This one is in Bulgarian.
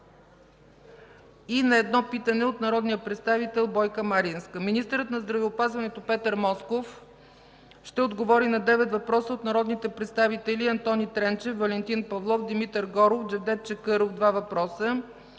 и на едно питане от народния представител Бойка Маринска. Министърът на здравеопазването Петър Москов ще отговори на девет въпроса от народните представители Антони Тренчев, Валентин Павлов, Димитър Горов, Джевдет Чакъров – два въпроса,